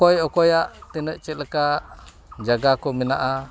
ᱚᱠᱚᱭ ᱚᱠᱯᱚᱭᱟᱜ ᱛᱤᱱᱟᱹᱜ ᱪᱮᱫᱞᱮᱠᱟ ᱡᱟᱜᱟᱠᱚ ᱢᱮᱱᱟᱜᱼᱟ